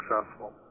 successful